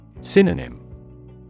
Synonym